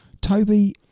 Toby